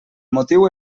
motiu